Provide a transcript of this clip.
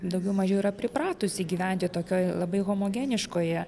daugiau mažiau yra pripratusi gyventi tokioj labai homogeniškoje